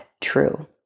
true